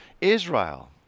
Israel